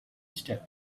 step